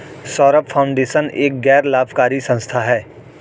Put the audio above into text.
Saurabh foundation एक गैर लाभकारी संस्था है